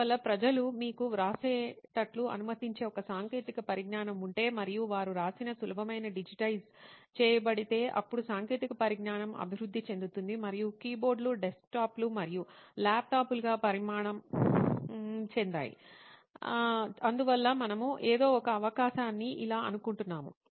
అందువల్ల ప్రజలు మీకు వ్రాసేటట్లు అనుమతించే ఒక సాంకేతిక పరిజ్ఞానం ఉంటే మరియు వారు రాసిన సులభంగా డిజిటైజ్ చేయబడితే అప్పుడు సాంకేతిక పరిజ్ఞానం అభివృద్ధి చెందుతుంది మరియు కీబోర్డులు డెస్క్టాప్లు మరియు ల్యాప్టాప్లుగా పరిణామం చెందాయి అందువల్ల మనం ఏదో ఒక అవకాశాన్ని ఇలా అనుకుంటున్నాము